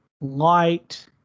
light